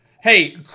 Hey